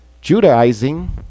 judaizing